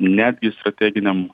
netgi strateginiam